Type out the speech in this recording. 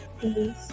Please